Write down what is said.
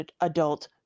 adult